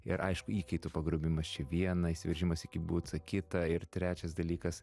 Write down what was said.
ir aišku įkaitų pagrobimas čia viena įsiveržimas į kibucą kita ir trečias dalykas